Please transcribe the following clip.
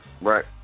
Right